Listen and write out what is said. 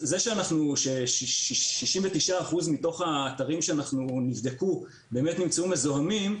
זה ש-69% מתוך האתרים שנבדקו באמת נמצאו מזוהמים,